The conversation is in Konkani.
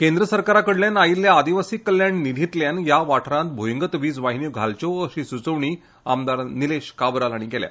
केंद्र सरकाराकडल्यान आयिल्ल्या आदिवासी कल्याण निधीतल्यांन हया वाठारांत भ्यगत वीज वाहिन्यो घालच्यो अशी स्चवणी आमदार निलेश काब्राल हांणी केली